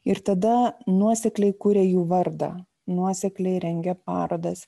ir tada nuosekliai kuria jų vardą nuosekliai rengia parodas